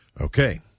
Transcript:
Okay